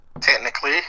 technically